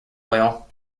oil